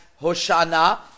Hoshana